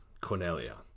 Cornelia